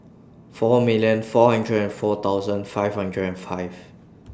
four millions four hundreds and four five hundreds and five